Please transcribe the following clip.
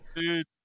Dude